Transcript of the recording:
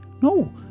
No